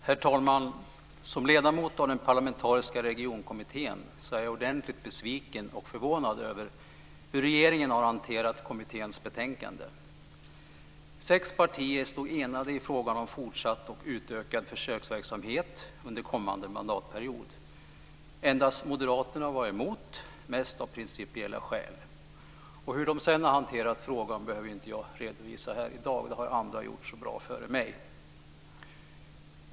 Herr talman! Som ledamot av den parlamentariska regionkommittén är jag ordentligt besviken och förvånad över hur regeringen har hanterat kommitténs betänkande. Sex partier stod enade i frågan om fortsatt och utökad försöksverksamhet under kommande mandatperiod. Endast Moderaterna var emot, mest av principiella skäl. Hur de sedan har hanterat frågan behöver jag inte redovisa här i dag. Det har andra gjort så bra före mig.